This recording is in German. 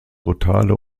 brutale